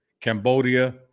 Cambodia